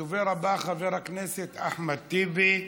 הדובר הבא, חבר הכנסת אחמד טיבי,